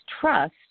trust